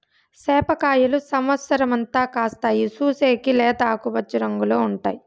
సేప కాయలు సమత్సరం అంతా కాస్తాయి, చూసేకి లేత ఆకుపచ్చ రంగులో ఉంటాయి